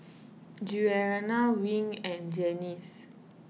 Giuliana Wing and Janice